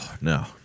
no